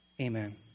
Amen